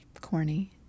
corny